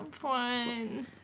one